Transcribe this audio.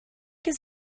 his